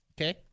Okay